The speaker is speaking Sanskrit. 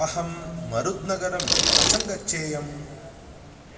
अहं मरुद्नगरं कथं गच्छेयम्